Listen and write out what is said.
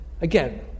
Again